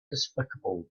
despicable